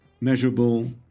measurable